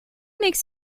makes